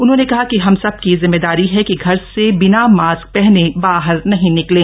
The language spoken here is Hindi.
उन्होंने कहा कि हम सब की जिम्मेदारी है कि घर से बिना मास्क पहने बाहर नहीं निकलें